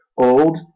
Old